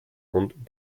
und